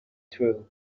through